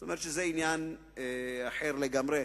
כלומר, זה עניין אחר לגמרי.